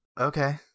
Okay